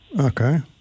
Okay